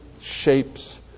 shapes